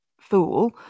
fool